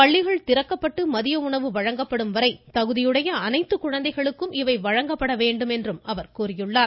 பள்ளிகள் திறக்கப்பட்டு மதிய உணவு வழங்கப்படும் வரை தகுதியுடைய அனைத்து குழந்தைகளுக்கும் இவை வழங்கப்பட வேண்டும் என்றும் அவர் கூறியுள்ளார்